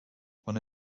when